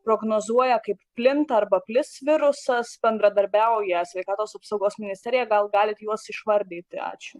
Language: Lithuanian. prognozuoja kaip plinta arba plis virusas bendradarbiauja sveikatos apsaugos ministerija gal galit juos išvardyti ačiū